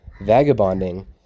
Vagabonding